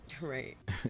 Right